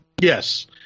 Yes